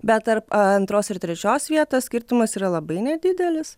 bet tarp antros ir trečios vietos skirtumas yra labai nedidelis